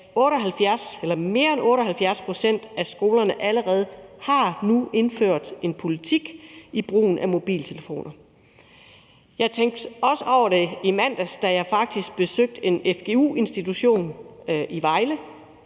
pct. af skolerne allerede nu har indført en politik om brugen af mobiltelefoner. Jeg tænkte også over det i mandags, da jeg faktisk besøgte en fgu-institution i Vejle,